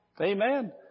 Amen